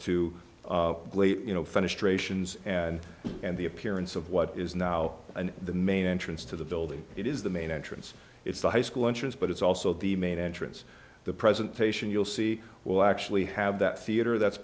to you know finished rationed and and the appearance of what is now an the main entrance to the building it is the main entrance it's the high school entrance but it's also the main entrance the presentation you'll see will actually have that theater that's